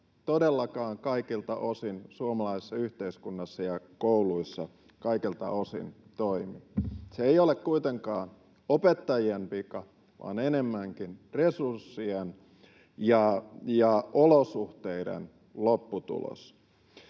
todellakaan kaikilta osin suomalaisessa yhteiskunnassa ja kouluissa kaikilta osin toimi. Se ei ole kuitenkaan opettajien vika vaan enemmänkin resurssien ja olosuhteiden lopputulos.